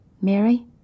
Mary